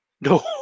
No